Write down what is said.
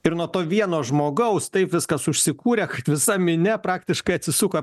ir nuo to vieno žmogaus taip viskas užsikūrė kad visa minia praktiškai atsisuko